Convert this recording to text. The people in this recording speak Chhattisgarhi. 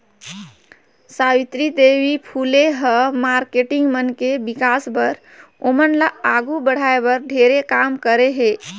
सावित्री देवी फूले ह मारकेटिंग मन के विकास बर, ओमन ल आघू बढ़ाये बर ढेरे काम करे हे